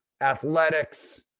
athletics